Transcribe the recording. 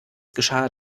geschah